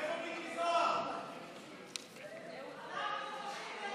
קבוצת סיעת יש עתיד-תל"ם וקבוצת סיעת